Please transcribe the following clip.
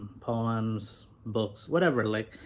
poems, books whatever, like,